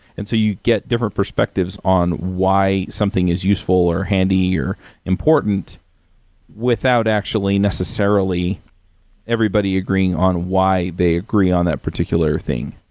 and so you get different perspectives on why something is useful or handy or important without actually necessarily everybody agreeing on why they agree on that particular thing.